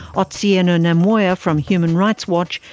otsieno namwaya from human rights watch,